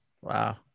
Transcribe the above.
wow